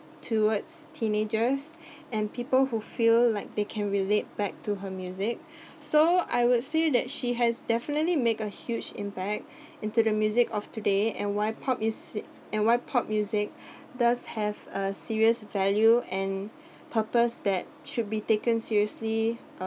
towards teenagers and people who feel like they can relate back to her music so I would say that she has definitely make a huge impact into the music of today and why pop mus~ and why pop music does have a serious value and purpose that should be taken seriously uh